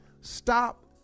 Stop